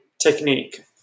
technique